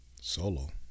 Solo